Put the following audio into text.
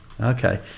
Okay